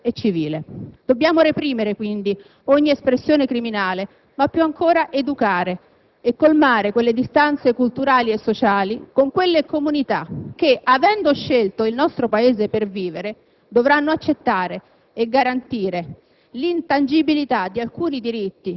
lo renderanno un uomo integro, onesto e civile. Dobbiamo reprimere, quindi, ogni espressione criminale, ma più ancora educare e colmare le distanze culturali e sociali con quelle comunità che, avendo scelto il nostro Paese per vivere, dovranno accettare e garantire